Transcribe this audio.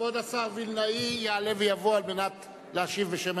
כבוד השר וילנאי יעלה ויבוא להשיב בשם